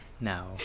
no